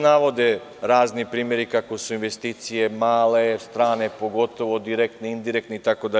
Navode se razni primeri kako su investicije male, strane pogotovo, direktne, indirektne, itd.